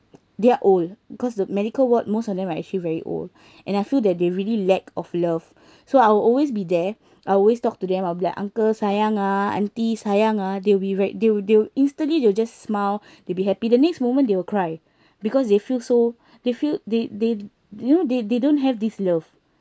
they are old because the medical ward most of them are actually very old and I feel that they really lack of love so I will always be there I always talk to them I will be like uncle sayang ah auntie sayang ah they'll be ve~ they'll they'll instantly they will just smile to be happy the next moment they will cry because they feel so they feel they they you know they don't have this love